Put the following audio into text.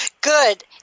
Good